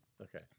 Okay